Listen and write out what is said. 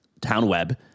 TownWeb